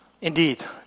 Indeed